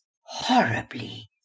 horribly